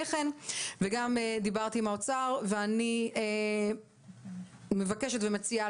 שהדיון התחיל וגם דיברתי עם האוצר ואני מבקשת ומציעה